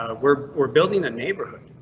ah we're we're building the neighborhood.